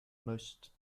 most